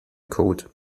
code